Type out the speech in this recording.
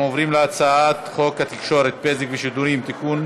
אנחנו עוברים להצעת חוק התקשורת (בזק ושידורים) (תיקון,